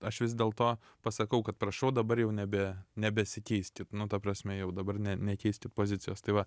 aš vis dėlto pasakau kad prašau dabar jau nebe nebesikeiskit nu ta prasme jau dabar ne nekeiskit pozicijos tai va